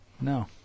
no